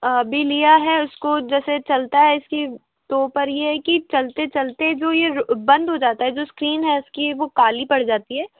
अभी लिया है इसको जैसे चलता है इसकी तो पर ये है कि चलते चलते जो ये रु बंद हो जाता है जो इस्क्रीन है इसकी वो काली पड़ जाती है